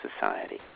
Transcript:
society